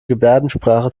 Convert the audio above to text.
gebärdensprache